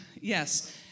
yes